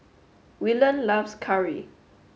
Willene loves Curry